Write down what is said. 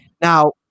Now